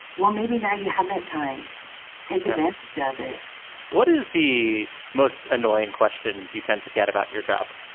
well, maybe now you have that time take advantage of it what is the most annoying question you tend to get about your job?